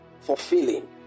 fulfilling